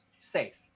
safe